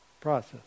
process